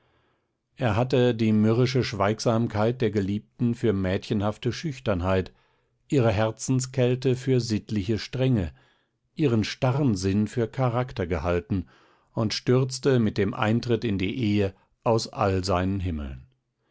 er hatte die mürrische schweigsamkeit der geliebten für mädchenhafte schüchternheit ihre herzenskälte für sittliche strenge ihren starren sinn für charakter gehalten und stürzte mit dem eintritt in die ehe aus all seinen himmeln